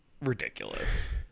Ridiculous